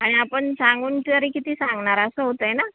आणि आपण सांगून तरी किती सांगणार असं होतं आहे ना